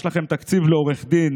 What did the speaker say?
יש לכם תקציב לעורך דין,